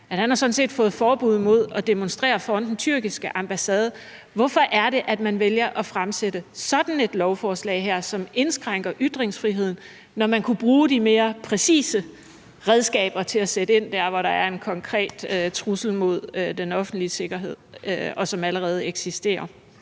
at han sådan set har fået forbud mod at demonstrere foran den tyrkiske ambassade. Hvorfor er det, at man vælger at fremsætte sådan et lovforslag her, som indskrænker ytringsfriheden, når man kunne bruge de mere præcise redskaber til at sætte ind der, hvor der er en konkret trussel mod den offentlige sikkerhed, som allerede eksisterer?